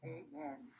amen